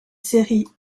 séries